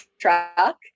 truck